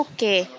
Okay